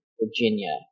Virginia